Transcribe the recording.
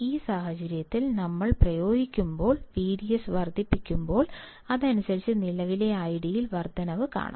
ഈ സാഹചര്യത്തിൽ ഞങ്ങൾ പ്രയോഗിക്കുമ്പോൾ VDS വർദ്ധിപ്പിക്കുമ്പോൾ അതിനനുസരിച്ച് നിലവിലെ IDയിൽ വർദ്ധനവ് കാണാം